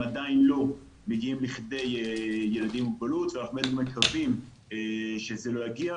עדיין לא מגיעים לכדי ילדים עם מוגבלות ואנחנו מקווים שזה לא יגיע,